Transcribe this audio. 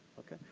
okay,